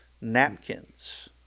napkins